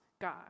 God